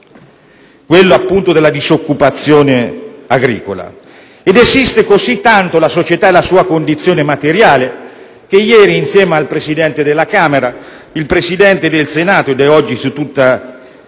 appunto della disoccupazione agricola. Esiste così tanto la società e la sua condizione materiale che ieri, insieme al Presidente della Camera, il Presidente del Senato (è oggi su tutti